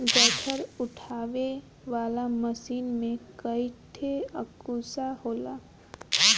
गट्ठर उठावे वाला मशीन में कईठे अंकुशा होला